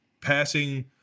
passing